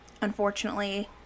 unfortunately